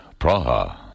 Praha